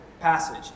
passage